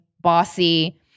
bossy